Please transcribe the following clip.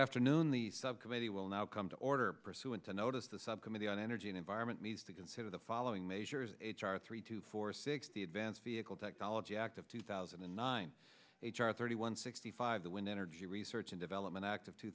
afternoon the subcommittee will now come to order pursuant to notice the subcommittee on energy and environment needs to consider the following measures h r three two four six the advanced vehicle technology act of two thousand and nine h r third one sixty five the wind energy research and development act of two